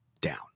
down